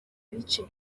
bice